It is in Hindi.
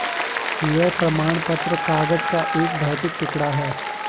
शेयर प्रमाण पत्र कागज का एक भौतिक टुकड़ा है